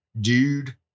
dude